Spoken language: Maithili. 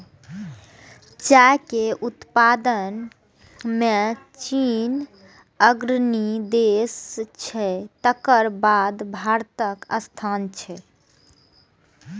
चाय के उत्पादन मे चीन अग्रणी देश छियै, तकर बाद भारतक स्थान छै